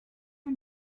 you